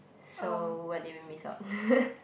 so what did we miss out